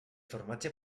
formatge